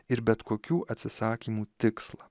ir bet kokių atsisakymų tikslą